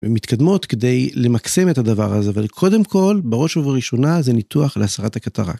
ומתקדמות כדי למקסם את הדבר הזה, אבל קודם כל בראש ובראשונה זה ניתוח להסרת הקטרקט.